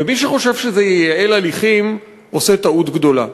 מי שחושב שזה ייעל הליכים עושה טעות גדולה,